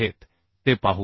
आपण हे पाहू